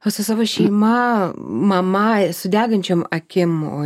o su savo šeima mama su degančiom akim o